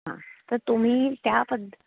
हां तर तुम्ही त्या पद्ध